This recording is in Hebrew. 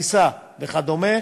כביסה וכדומה,